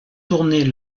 tourner